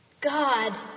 God